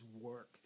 work